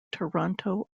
toronto